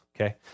okay